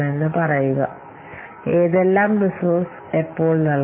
ഏത് പ്രോജക്റ്റിന് ലഭിക്കണം എന്നതിന് എങ്ങനെ മുൻഗണന നൽകണം ഏതെല്ലാം റിസോഴ്സ് എപ്പോൾ നൽകണം